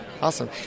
awesome